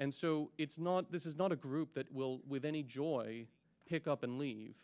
and so it's not this is not a group that will with any joy pick up and leave